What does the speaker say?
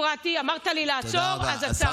כי כשאני הפרעתי אמרת לי לעצור, אז עצרתי.